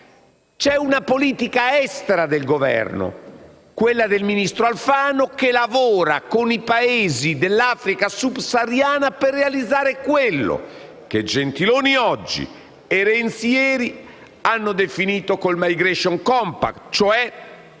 C'è una politica estera del Governo, quella del ministro Alfano, che lavora con i Paesi dell'Africa subsahariana per realizzare quello che Gentiloni oggi e Renzi ieri hanno definito con il *migration compact*, cioè